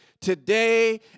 today